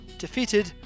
defeated